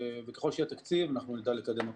וככל שיהיה תקציב אנחנו נדע לקדם אותו.